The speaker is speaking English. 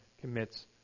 commits